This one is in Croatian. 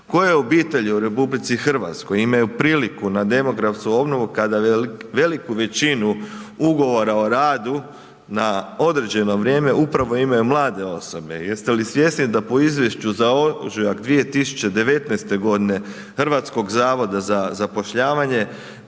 Koje obitelji u RH imaju priliku na demografsku obnovu kada veliku većinu ugovora o radu na određeno vrijeme upravo imaju mlade osobe? Jeste li svjesni da po izvješću za ožujak 2019. godine Hrvatskog zavoda za zapošljavanje